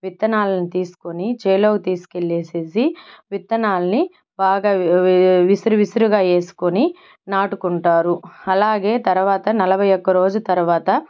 విత్తనాలను తీసుకొని చేలలోకి తీసుకెళ్లేసి విత్తనాల్ని బాగా విసరి విసురుగా వేసుకొని నాటుకుంటారు అలాగే తర్వాత నలభై ఒక్క రోజు తర్వాత